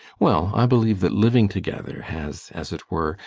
well, i believe that living together has, as it were,